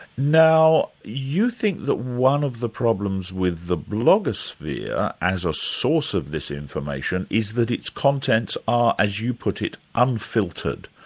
now you think that one of the problems with the blogosphere as a source of this information is that its contents are, as you put it, unfiltered.